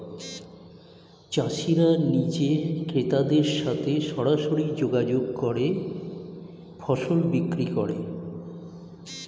চাষিরা নিজে ক্রেতাদের সাথে সরাসরি যোগাযোগ করে ফসল বিক্রি করে